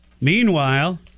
Meanwhile